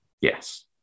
Yes